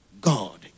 God